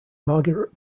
margaret